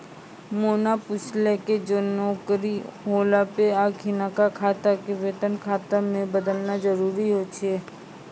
मोना पुछलकै जे नौकरी होला पे अखिनका खाता के वेतन खाता मे बदलना जरुरी छै?